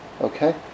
Okay